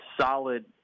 solid